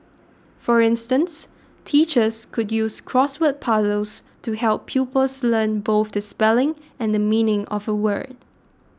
for instance teachers could use crossword puzzles to help pupils learn both the spelling and the meaning of a word